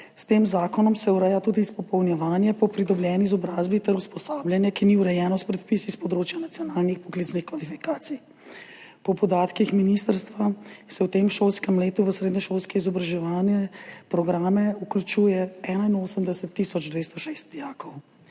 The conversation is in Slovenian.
S tem zakonom se ureja tudi izpopolnjevanje po pridobljeni izobrazbi ter usposabljanje, ki ni urejeno s predpisi s področja nacionalnih poklicnih kvalifikacij. Po podatkih ministrstva se v tem šolskem letu v srednješolske izobraževalne programe vključuje 81 tisoč 206 dijakov.